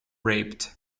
raped